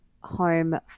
home